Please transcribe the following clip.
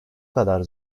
kadar